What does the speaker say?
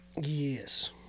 Yes